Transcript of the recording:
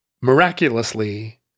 miraculously